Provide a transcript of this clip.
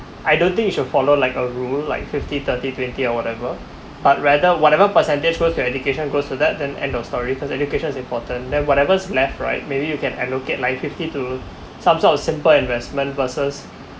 I don't think you should follow like a rule like fifty thirty twenty or whatever but rather whatever percentage goes to your education goes to that then end of story because education is important then whatever's left right maybe you can allocate like fifty to some sort of simple investment versus